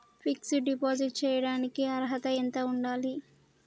Fix డ్ deposit చేయటానికి అర్హత ఎంత ఉండాలి?